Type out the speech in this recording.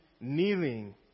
kneeling